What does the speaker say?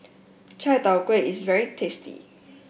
Char Kway Teow is very tasty